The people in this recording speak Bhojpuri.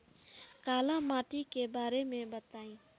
काला माटी के बारे में बताई?